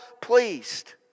pleased